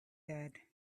said